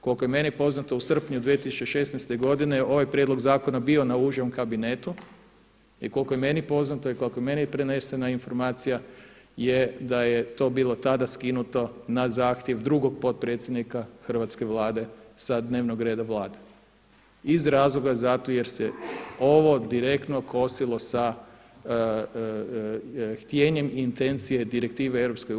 Koliko je meni poznato u srpnju 2016. godine ovaj prijedlog zakona je bio na užem kabinetu i koliko je meni poznato i koliko je meni prenesena informacija je da je to bilo tada skinuto na zahtjev drugog potpredsjednika hrvatske Vlade sa dnevnog reda Vlade iz razloga zato jer se ovo direktno kosilo sa htjenjem i intencije direktive EU.